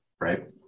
Right